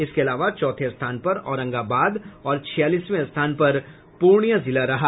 इसके अलाव चौथे स्थान पर औरंगाबाद और छियालीसवें स्थान पर प्रर्णिया जिला रहा